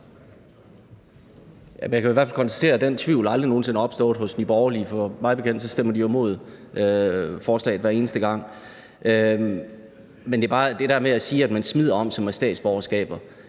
Jeg kan i hvert fald konstatere, at den tvivl aldrig nogen sinde er opstået hos Nye Borgerlige, for mig bekendt stemmer de jo imod forslaget hver eneste gang. Men det der med at sige, at man smider om sig med statsborgerskaber,